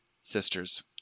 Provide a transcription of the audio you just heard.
sisters